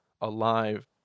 alive